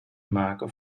maken